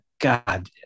God